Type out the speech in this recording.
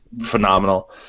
phenomenal